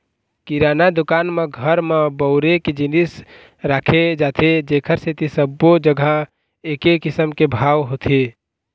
किराना दुकान म घर म बउरे के जिनिस राखे जाथे जेखर सेती सब्बो जघा एके किसम के भाव होथे